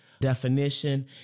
definition